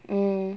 mm